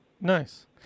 Nice